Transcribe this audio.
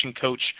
coach